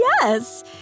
Yes